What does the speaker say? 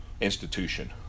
institution